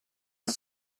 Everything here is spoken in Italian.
una